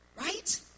Right